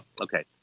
Okay